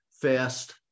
fast